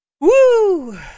Woo